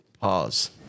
Pause